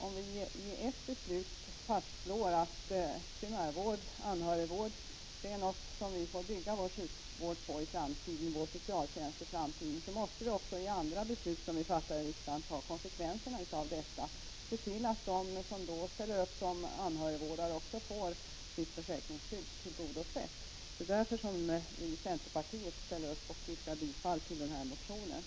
Om vi genom ett beslut fastslår att vi i framtiden får bygga vår sjukvård och socialtjänst på primäroch anhörigvård, måste vi också i andra riksdagsbeslut ta konsekvenserna härav och se till att de som ställer upp som anhörigvårdare får sitt behov av försäkringsskydd tillgodosett. Det är därför som vi i - Prot. 1985/86:48